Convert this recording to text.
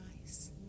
nice